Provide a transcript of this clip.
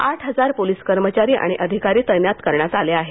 आठ हजार पोलीस कर्मचारी आणि अधिकारी तैनात करण्यात आले आहेत